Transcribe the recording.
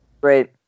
Great